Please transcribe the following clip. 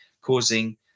causing